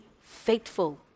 faithful